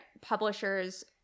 publishers